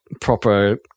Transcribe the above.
proper